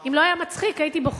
שאם זה לא היה מצחיק הייתי בוכה,